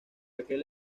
aquel